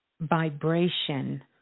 vibration